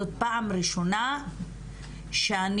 זאת פעם ראשונה שאני,